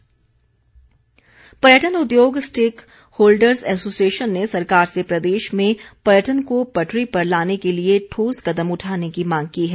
पर्य टन पर्यटन उद्योग स्टेक होल्डर्ज एसोसिएशन ने सरकार से प्रदेश में पर्यटन को पटरी पर लाने के लिए ठोस कदम उठाने की मांग की है